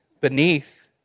beneath